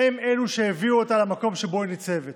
הם שהביאו אותה למקום שבו היא ניצבת.